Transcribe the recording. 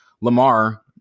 Lamar